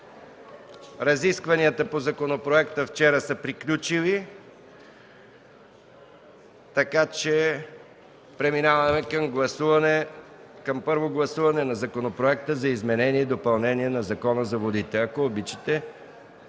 Разискванията по законопроекта вчера са приключили, така че преминаваме към първо гласуване на Законопроекта за изменение и допълнение на Закона за водите.